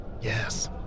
Yes